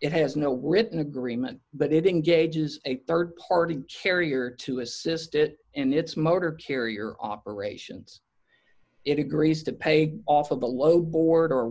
it has no written agreement but it engages a rd party carrier to assist it in its motor carrier operations it agrees to pay off of the low bord